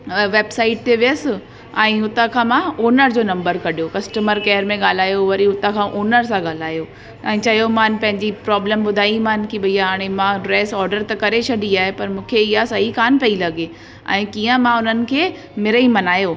website ते वियसि ऐं हुतां खां मां ऑनर जो नम्बर कढियो कस्टमर केयर मेम ॻाल्हायो वरी उतां खां ऑनर सां ॻाल्हायो ऐं चयोमानि पंहिंजी प्रॉब्लम ॿुधाईमानि कि भई हाणे मां ड्रेस ऑडर त करे छॾी आहे पर मूंखे इहा सही कान पई लॻे ऐं कीअं मां उन्हनि खे मिड़ेई मनायो